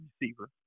receiver